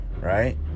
right